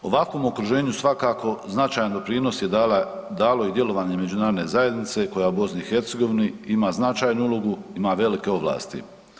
U ovakvom okruženju svakako značajan doprinos je dalo i djelovanje međunarodne zajednice koja u BiH ima značajnu ulogu, ima velike ovlasti.